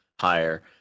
higher